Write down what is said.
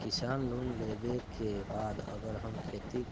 किसान लोन लेबे के बाद अगर हम खेती